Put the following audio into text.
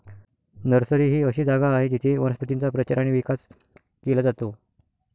nursery ही अशी जागा आहे जिथे वनस्पतींचा प्रचार आणि विकास केला जातो